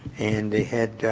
and they had